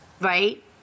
Right